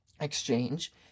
exchange